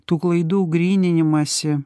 tų klaidų gryninimąsi